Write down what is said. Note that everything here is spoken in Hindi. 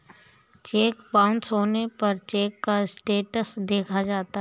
चेक बाउंस होने पर चेक का स्टेटस देखा जाता है